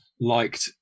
liked